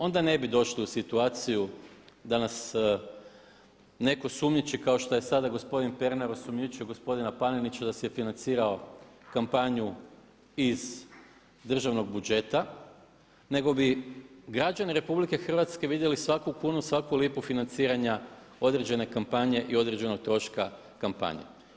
Onda ne bi došli u situaciju da nas netko sumnjiči kao što je sada gospodin Pernar osumnjičio gospodina Panenića da si je financirao kampanju iz državnog budžeta nego bi građani RH vidjeli svaku kunu, svaku lipu financiranja određene kampanje i određenog troška kampanje.